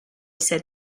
said